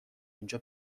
اینجا